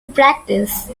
practice